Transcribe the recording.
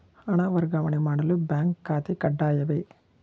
ಹಣ ವರ್ಗಾವಣೆ ಮಾಡಲು ಬ್ಯಾಂಕ್ ಖಾತೆ ಕಡ್ಡಾಯವೇ?